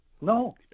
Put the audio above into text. No